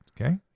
okay